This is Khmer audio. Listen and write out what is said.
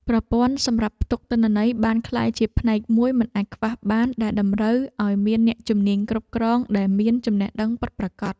ប្រព័ន្ធសម្រាប់ផ្ទុកទិន្នន័យបានក្លាយជាផ្នែកមួយមិនអាចខ្វះបាន ដែលតម្រូវឱ្យមានអ្នកជំនាញគ្រប់គ្រងដែលមានចំណេះដឹងពិតប្រាកដ។